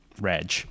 Reg